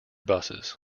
buses